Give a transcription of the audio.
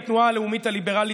התנועה הלאומית הליברלית,